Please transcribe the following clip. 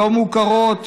לא מוכרות,